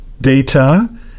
data